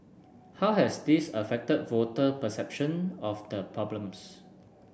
how has this affected voter perception of the problems